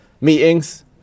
Meetings